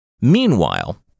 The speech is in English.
Meanwhile